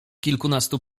kilkunastu